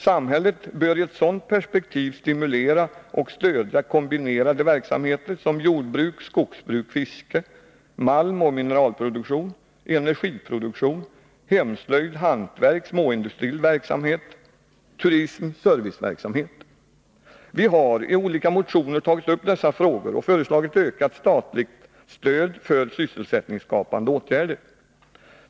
Samhället bör i ett sådant perspektiv stimulera och stödja kombinerade verksamheter som jordbruk fiske, malmoch mineralproduktion, energiproduktion, hemslöjd småindustriell verksamhet, turism/serviceverksamhet. Vi har i olika motioner tagit upp dessa frågor och föreslagit ökat statligt stöd för sysselsättningsskapande åtgärder.